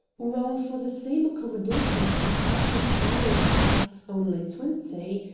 while for the same accommodations the carteret arms asks only twenty.